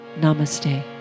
namaste